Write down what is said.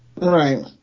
Right